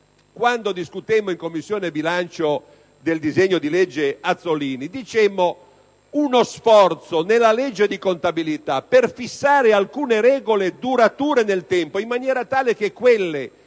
quando discutemmo in Commissione bilancio del disegno di legge Azzollini, proponemmo uno sforzo nella legge di contabilità per fissare alcune regole durature nel tempo, in maniera tale che quelle